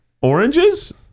Oranges